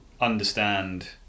understand